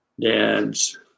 dads